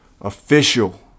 official